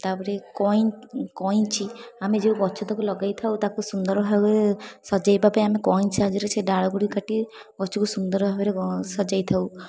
ତା'ପରେ କଇଁ କଈଁଚି ଆମେ ଯେଉଁ ଗଛ ତକ ଲଗେଇଥାଉ ତାକୁ ସୁନ୍ଦର ଭାବରେ ସଜେଇବା ପାଇଁ ଆମେ କଈଁଚି ସାହାଯ୍ୟରେ ସେ ଡାଳଗୁଡ଼ିକୁ କାଟି ଗଛକୁ ସୁନ୍ଦର ଭାବରେ ସଜେଇଥାଉ